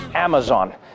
Amazon